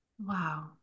Wow